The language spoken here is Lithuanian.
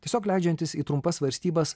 tiesiog leidžiantis į trumpas svarstybas